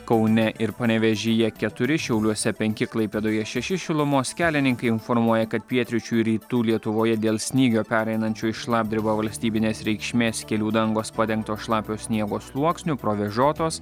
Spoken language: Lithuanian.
kaune ir panevėžyje keturi šiauliuose penki klaipėdoje šeši šilumos kelininkai informuoja kad pietryčių ir rytų lietuvoje dėl snygio pereinančio į šlapdribą valstybinės reikšmės kelių dangos padengtos šlapio sniego sluoksniu provėžotos